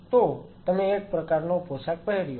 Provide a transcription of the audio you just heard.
તો તમે એક પ્રકારનો પોશાક પહેર્યો છે